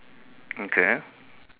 okay